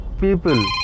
people